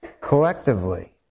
collectively